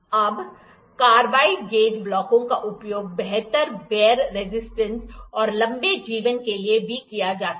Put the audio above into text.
अब carbide gauge ब्लॉकों का उपयोग बेहतर वेयर रेजिस्टेंस और लंबे जीवन के लिए भी किया जाता है